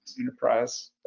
enterprise